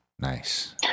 Nice